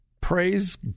Praise